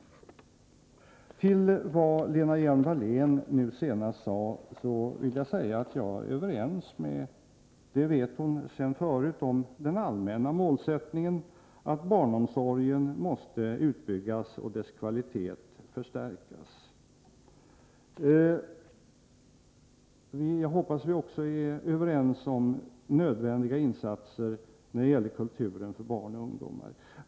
Med anledning av vad Lena Hjelm-Wallén senast yttrade vill jag säga att vi är överens om den allmänna målsättningen — det vet hon sedan tidigare — att barnomsorgen måste utbyggas och dess kvalitet förbättras. Jag hoppas att vi också är överens när det gäller nödvändiga kulturinsatser för barn och ungdomar.